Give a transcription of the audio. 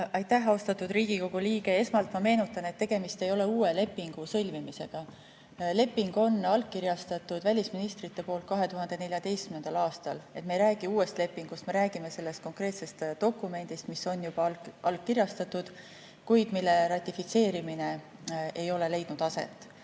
Aitäh, austatud Riigikogu liige! Esmalt ma meenutan, et tegemist ei ole uue lepingu sõlmimisega. Leping on allkirjastatud välisministrite poolt 2014. aastal. Me ei räägi uuest lepingust, me räägime sellest konkreetsest dokumendist, mis on juba allkirjastatud, kuid mille ratifitseerimine ei ole aset